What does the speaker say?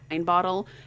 bottle